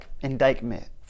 indictment